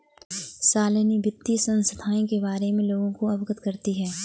शालिनी वित्तीय संस्थाएं के बारे में लोगों को अवगत करती है